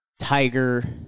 Tiger